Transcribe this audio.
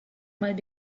might